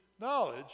knowledge